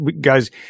guys